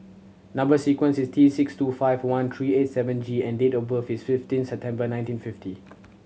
number sequence is T six two five one three eight seven G and date of birth is fifteen September nineteen fifty